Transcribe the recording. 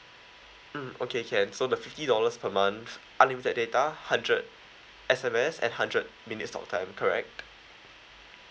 mm okay can so the fifty dollars per month unlimited data hundred S_M_S and hundred minutes talk time correct